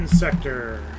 Sector